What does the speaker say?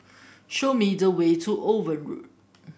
show me the way to Owen Road